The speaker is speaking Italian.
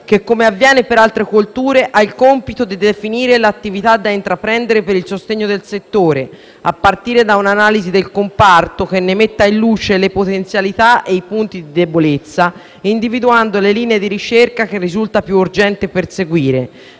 che, come avviene per altre colture, ha il compito di definire le attività da intraprendere per il sostegno del settore, a partire da un'analisi del comparto che ne metta in luce le potenzialità e i punti di debolezza, individuando le linee di ricerca che risulta più urgente perseguire,